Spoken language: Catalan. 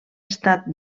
estat